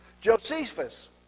Josephus